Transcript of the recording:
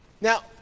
now